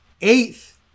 eighth